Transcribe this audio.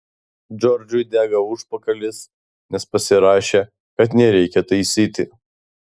džordžui dega užpakalis nes pasirašė kad nereikia taisyti